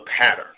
pattern